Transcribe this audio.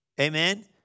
Amen